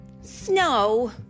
snow